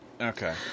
Okay